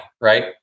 right